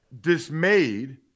dismayed